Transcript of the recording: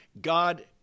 God